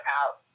out